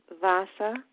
Vasa